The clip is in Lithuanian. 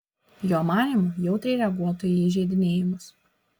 jo manymu jautriai reaguotų į įžeidinėjimus